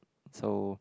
so